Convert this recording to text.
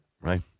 right